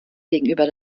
gegenüber